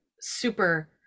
super